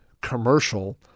commercial